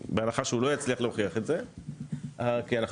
בהנחה שהוא לא יצליח להוכיח את זה כי אנחנו